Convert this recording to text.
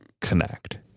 connect